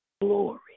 Glory